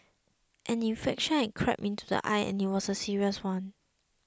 an infection had crept into the eye and it was a serious one